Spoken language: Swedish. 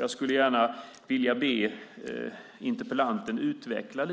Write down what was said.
Jag skulle gärna vilja be interpellanten utveckla